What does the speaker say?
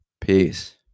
Peace